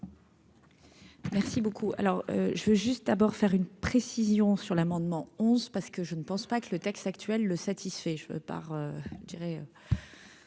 Merci beaucoup, alors je veux juste d'abord faire une précision sur l'amendement 11. Parce que je ne pense pas que le texte actuel le satisfait